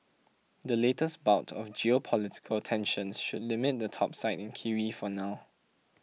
the latest bout of geopolitical tensions should limit the topside in kiwi for now